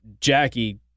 Jackie